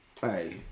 hey